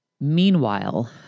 Meanwhile